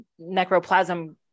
necroplasm